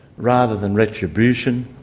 rather than retribution.